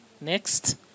next